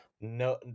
No